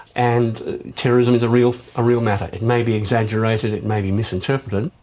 and terrorism is a real ah real matter. it may be exaggerated, it may be misinterpreted,